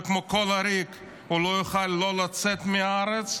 וכמו כל עריק הוא לא יוכל לצאת מהארץ,